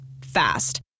Fast